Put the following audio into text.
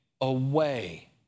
away